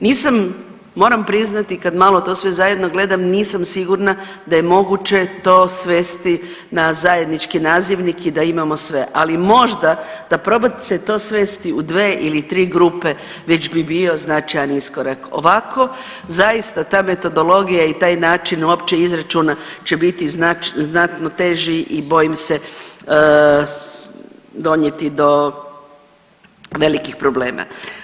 Nisam moram priznati kad malo to sve zajedno gledam nisam sigurna da je moguće to svesti na zajednički nazivnik i da imamo sve, ali možda da proba se to svesti u 2 ili 3 grupe već bi bio značajan iskorak, ovako zaista ta metodologija i taj način uopće izračuna će biti znatno teži i bojim se donijeti do velikih problema.